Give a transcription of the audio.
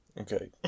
Okay